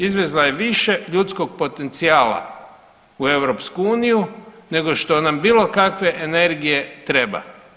Izvezla je više ljudskog potencijala u EU nego što nam bilo kakve energije treba.